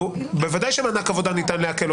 בוודאי שמענק עבודה ניתן לעקל.